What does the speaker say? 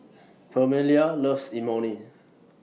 Permelia loves Imoni